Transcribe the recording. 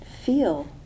feel